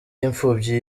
imfubyi